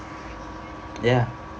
ya